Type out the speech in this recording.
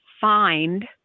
find